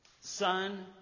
Son